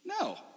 No